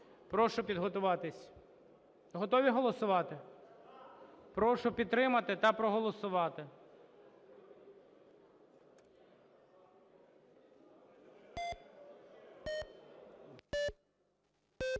Прошу підготуватись. Готові голосувати? Прошу підтримати та проголосувати.